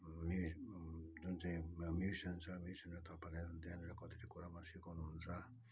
मे जुन चाहिँ म्युजिसियन छ म्युजिसियनले तपाईँलाई त्यहाँनिर कति कुरामा सिकाउनुहुन्छ